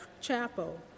chapel